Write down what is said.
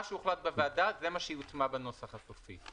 מה שהוחלט בוועדה, זה מה שיוטמע בנוסח הסופי.